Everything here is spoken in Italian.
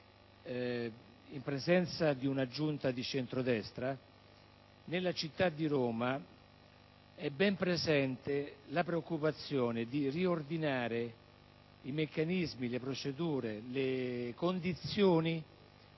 in presenza di una Giunta di centrodestra) nella città di Roma è ben presente la preoccupazione di riordinare i meccanismi, le procedure, le condizioni